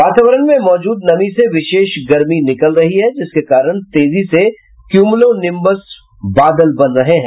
वातावरण में मौजूद नमी से विशेष गर्मी निकल रही है जिसके कारण तेजी से क्यूमलो निंबस बादल बन रहे हैं